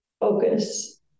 focus